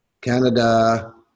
Canada